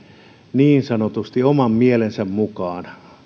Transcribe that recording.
niin sanotusti oman mielensä mukaan